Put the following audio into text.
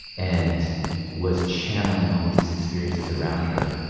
and was channeling all of these experiences around her.